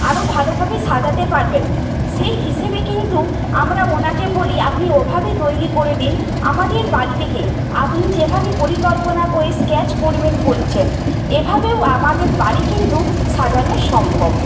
আরো ভালোভাবে সাজাতে পারবেন সেই হিসেবে কিন্তু আমরা ওনাকে বলি আপনি ওভাবে তৈরি করে দিন আমাদের বাড়িটিকে আপনি যেভাবে পরিকল্পনা করে স্কেচ করবেন বলছেন এভাবেও আমাদের বাড়ি কিন্তু সাজানো সম্ভব